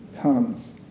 comes